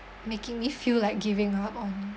making me feel like giving up on